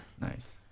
Nice